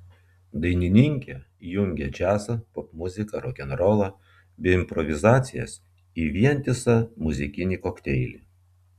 dainininkė jungia džiazą popmuziką rokenrolą bei improvizacijas į vientisą muzikinį kokteilį